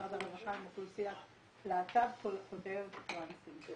משרד הרווחה עם אוכלוסיית הלהט"ב כולל טרנסים.